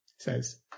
says